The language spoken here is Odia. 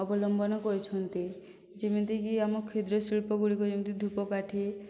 ଅବଲମ୍ବନ କରିଛନ୍ତି ଯେମିତି କି ଆମ କ୍ଷୁଦ୍ର ଶିଳ୍ପ ଗୁଡ଼ିକ ଯେମିତି ଧୂପକାଠି